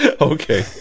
Okay